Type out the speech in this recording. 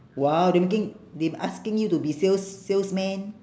!wow! they making they asking you to be sales salesman